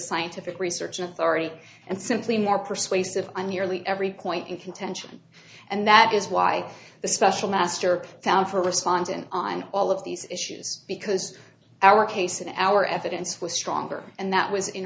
scientific research authority and simply more persuasive on nearly every point in contention and that is why the special master found for respondent on all of these issues because our case and our evidence was stronger and that was in